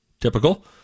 typical